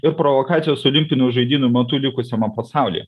ir provokacijos olimpinių žaidynių metu likusiame pasaulyje